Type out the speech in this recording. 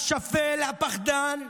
השפל, הפחדן,